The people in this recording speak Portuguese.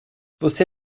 você